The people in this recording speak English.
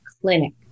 Clinic